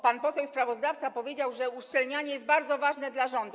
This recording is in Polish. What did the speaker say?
Pan poseł sprawozdawca powiedział, że uszczelnianie jest bardzo ważne dla rządu.